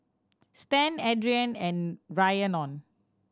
Stan Adriane and Rhiannon